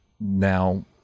now